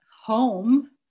home